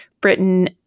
Britain